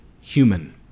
human